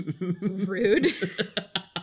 rude